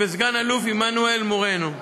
וסא"ל עמנואל מורנו.